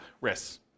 risks